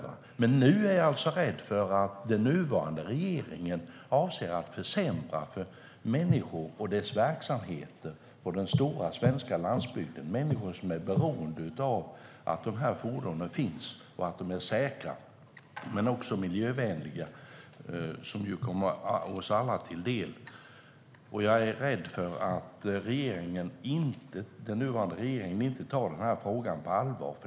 Men nu är jag rädd för att den nuvarande regeringen avser att försämra för människor och deras verksamheter på den stora svenska landsbygden - människor som är beroende av dessa fordon, av att de är trafiksäkra och också miljövänliga, vilket ju kommer oss alla till del. Jag är rädd för att den nuvarande regeringen inte tar den här frågan på allvar.